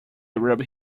rubbed